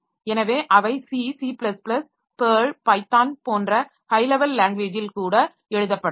எனவே அவை C C Perl Python போன்ற ஹை லெவல் லாங்வேஜில் கூட எழுதப்படலாம்